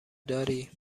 درای